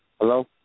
Hello